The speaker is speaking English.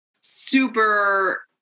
super